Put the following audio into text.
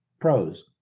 prose